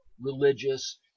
religious